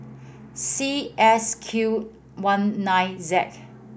C S Q one nine Z